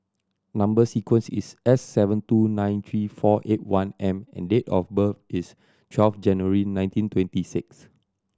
number sequence is S seven two nine three four eight one M and date of birth is twelve January nineteen twenty six